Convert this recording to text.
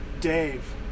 Dave